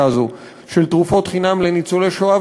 הזאת של תרופות חינם לניצולי שואה,